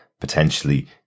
potentially